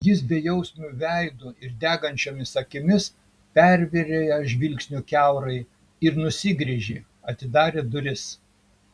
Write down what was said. jis bejausmiu veidu ir degančiomis akimis pervėrė ją žvilgsniu kiaurai ir nusigręžė atidarė duris